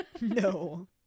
No